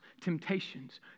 temptations